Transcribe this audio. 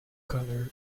colour